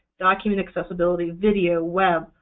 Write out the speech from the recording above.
document accessibility, video, web,